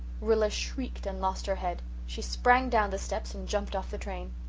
rilla shrieked and lost her head. she sprang down the steps and jumped off the train.